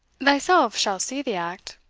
thyself shall see the act,